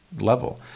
level